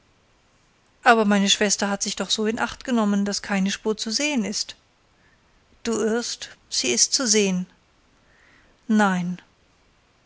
aber meine schwester hat sich doch so in acht genommen daß keine spur zu sehen ist du irrst sie ist zu sehen nein